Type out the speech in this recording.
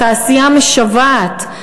התעשייה משוועת,